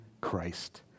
Christ